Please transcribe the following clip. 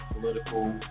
political